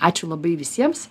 ačiū labai visiems